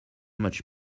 much